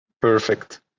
Perfect